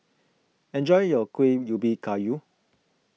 enjoy your Kuih Ubi Kayu